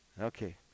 Okay